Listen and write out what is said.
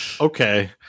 okay